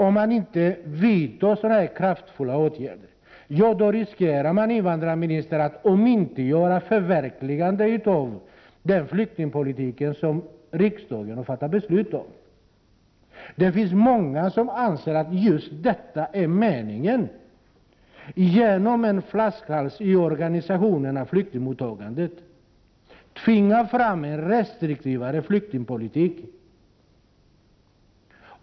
Om man inte vidtar sådana här kraftfulla åtgärder så riskerar man, invandrarministern, att omintetgöra förverkligandet av den flyktingpolitik som riksdagen har fattat beslut om. Det finns många som anser att just detta är meningen, nämligen att man på grund av en flaskhals i organisationen tvingar fram en restriktivare flyktingpolitik.